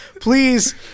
Please